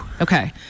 Okay